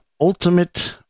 Ultimate